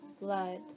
blood